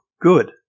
good